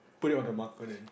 put it on the marker then